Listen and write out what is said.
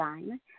design